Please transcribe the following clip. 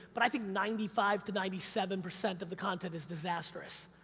but i think ninety five to ninety seven percent of the content is disastrous.